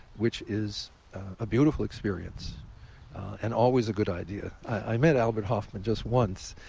which is a beautiful experience and always a good idea. i met albert hofmann just once,